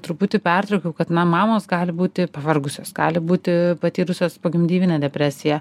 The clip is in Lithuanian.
truputį pertraukiau kad na mamos gali būti pavargusios gali būti patyrusios pogimdyvinę depresiją